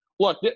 Look